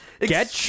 Get